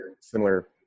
similar